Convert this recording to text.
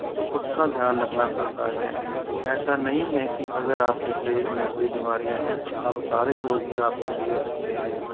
तो उस का ध्यान रखना पड़ता है ऐसा नहीं है कि अगर आप के शरीर में कोई बिमारियाँ हैं तो आप सारे योग ही आपके लिए अच्छे हैं